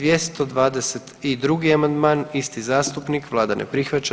222. amandman isti zastupnik, vlada ne prihvaća.